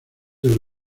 del